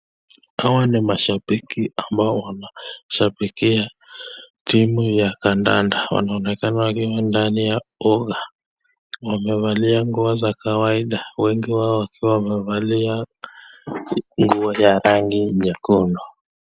Hawa ni mashabiki ambao wanashabikia timu ya kandanda. Wanaonekana wakiwa Ndani ya uga. Wamevalia nguo za kawaida, wengi wao wakiwa wamevalia nguo ya rangi nyekundu.